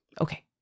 Okay